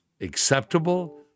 acceptable